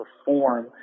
perform